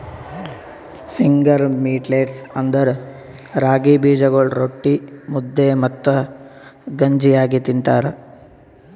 finger millets ಅಂದುರ್ ರಾಗಿ ಬೀಜಗೊಳ್ ರೊಟ್ಟಿ, ಮುದ್ದೆ ಮತ್ತ ಗಂಜಿ ಆಗಿ ತಿಂತಾರ